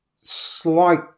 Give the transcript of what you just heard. slight